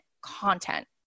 content